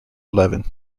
eleven